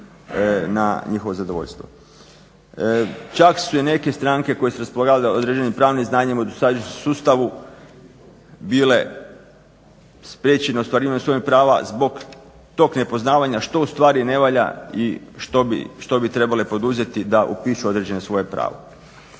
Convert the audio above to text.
na njihovo zadovoljstvo. Čak su se i neke stranke koje su raspolagale određenim pravnim znanjem u dosadašnjem sustavu bile spriječene u ostvarivanju svojih prava zbog tog nepoznavanja što ustvari ne valja i što bi trebale poduzeti da upišu određeno svoje pravo.